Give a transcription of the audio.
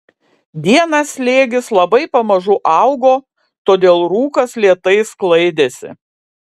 dieną slėgis labai pamažu augo todėl rūkas lėtai sklaidėsi